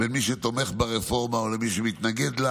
בין מי שתומך ברפורמה ובין מי שמתנגד לה.